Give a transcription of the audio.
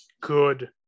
good